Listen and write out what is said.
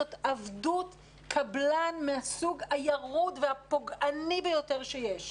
זאת עבדות קבלן מן הסוג הירוד והפוגעני ביותר שיש,